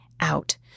out